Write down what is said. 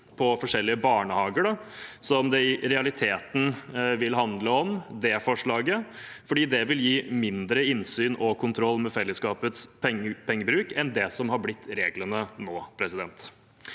for forskjellige barnehager, som det forslaget i realiteten vil handle om, fordi det vil gi mindre innsyn i og kontroll med fellesskapets pengebruk enn det som har blitt reglene nå.